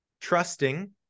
trusting